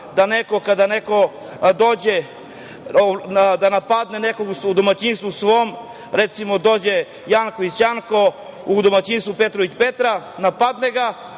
da kada neko dođe da napadne nekom u svom domaćinstvu, recimo dođe Janković Janko u domaćinstvo Petrović Petra, napadne,